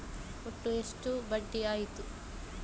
ಒಟ್ಟು ಎಷ್ಟು ಬಡ್ಡಿ ಆಯಿತು?